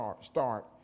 start